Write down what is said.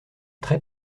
traits